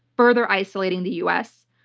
further isolating the us,